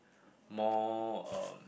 more um